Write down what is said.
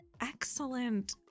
excellent